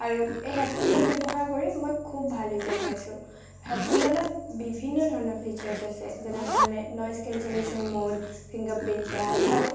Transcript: আৰু এই হেডফোনডাল ব্যৱহাৰ কৰি মই খুব ভাল ৰিজাল্ট পাইছোঁ হেডফোনডালত বিভিন্ন ধৰণৰ ফিচাৰ্চ আছে যেনেধৰণে noise cancellation mode fingerprint touch আৰু